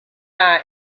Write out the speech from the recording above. die